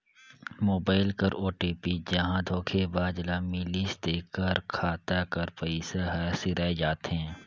mobile कर OTP जहां धोखेबाज ल मिलिस तेकर खाता कर पइसा हर सिराए जाथे